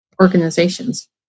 organizations